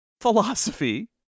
philosophy